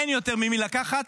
אין יותר ממי לקחת.